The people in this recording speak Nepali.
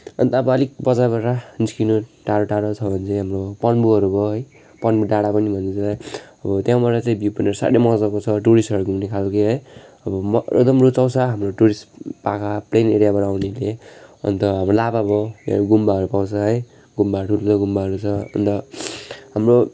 अनि त अब अलिक बजारबाट निस्किनु टाढो टाढो छ भने चाहिँ अब पन्बूहरू भयो है पन्बू डाँडा पनि भनिन्छ त्यसलाई त्यहाँबाट चाहिँ भ्यू प्वाइन्टहरू साह्रै मजाको छ टुरिस्टहरू घुम्ने खालको है अब एकदम रुचाउँछ हाम्रो टुरिस्ट प्लेन एरियाबाट आउनेले अन्त अब लाभा भयो यहाँ गुम्बाहरू पाउँछ है गुम्बा थुप्रो गुम्बाहरू छ अन्त हाम्रो